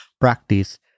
practice